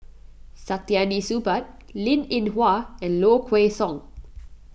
Saktiandi Supaat Linn in Hua and Low Kway Song